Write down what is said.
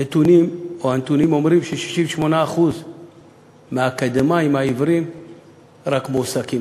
הנתונים אומרים שרק 68% מהאקדמאים העיוורים מועסקים.